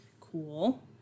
Cool